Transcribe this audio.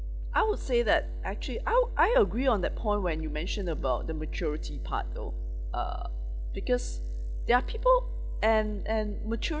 I would say that actually I I agree on that point when you mentioned about the maturity part though uh because there are people and and maturity